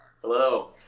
Hello